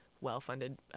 well-funded